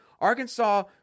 Arkansas